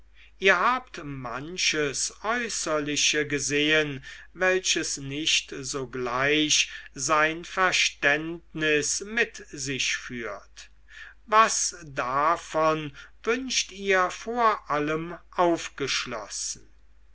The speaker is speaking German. ihr habt manches äußerliche gesehen welches nicht sogleich sein verständnis mit sich führt was davon wünscht ihr vor allem aufgeschlossen